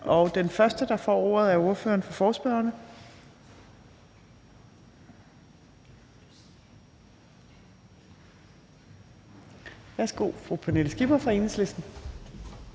Den første, der får ordet, er ordføreren for forespørgerne. Værsgo, fru Pernille Skipper fra Enhedslisten.